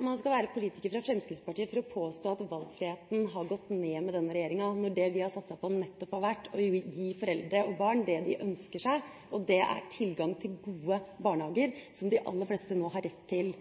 Man skal være politiker fra Fremskrittspartiet for å påstå at valgfriheten har gått ned under denne regjeringa. Det vi har satset på, har nettopp vært å gi foreldre og barn det de ønsker seg, og det er tilgang til gode barnehager, som de aller fleste nå har rett til.